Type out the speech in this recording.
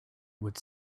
would